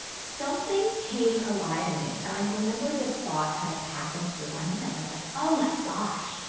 something came alive in me and i remember this thought kind of passing through my mind. i was like, oh my gosh,